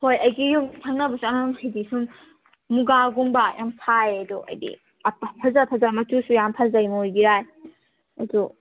ꯍꯣꯏ ꯑꯩꯒꯤ ꯌꯨꯝ ꯊꯪꯅꯕꯁꯤꯗ ꯑꯉꯥꯡ ꯍꯥꯏꯗꯤ ꯁꯨꯝ ꯃꯨꯒꯥꯒꯨꯝꯕ ꯌꯥꯝ ꯁꯥꯏ ꯑꯗꯣ ꯍꯥꯏꯗꯤ ꯐꯖꯕ ꯐꯖꯕ ꯃꯆꯨꯁꯨ ꯌꯥꯝ ꯐꯖꯩꯉꯣ ꯌꯥꯏ ꯑꯗꯣ